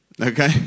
okay